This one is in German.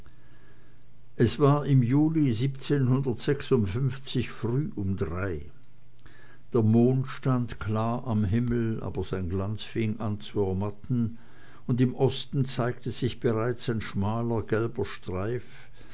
es war im juli früh um drei der mond stand klar am himmel aber sein glanz fing an zu ermatten und im osten zeigte sich bereits ein schmaler gelber streif